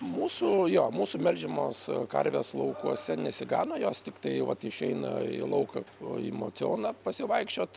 mūsų jo mūsų melžiamos karvės laukuose nesigano jos tiktai vat išeina į lauką o į mocioną pasivaikščiot